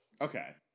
okay